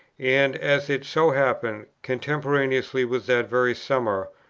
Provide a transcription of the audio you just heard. and, as it so happened, contemporaneously with that very summer,